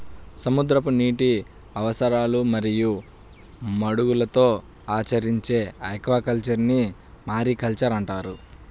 సముద్రపు నీటి ఆవాసాలు మరియు మడుగులలో ఆచరించే ఆక్వాకల్చర్ను మారికల్చర్ అంటారు